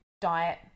diet